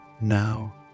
now